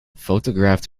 photographed